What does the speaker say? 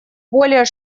более